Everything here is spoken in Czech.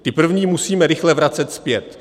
Ty první musíme rychle vracet zpět.